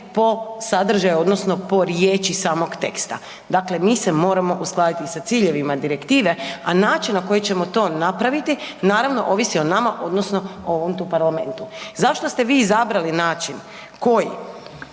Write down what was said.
po sadržaju odnosno po riječi samog teksta, dakle mi se moramo uskladiti sa ciljevima direktive a način na koji ćemo to napraviti naravno ovisi o nama odnosno o ovom tu parlamentu. Zašto ste vi izabrali način koji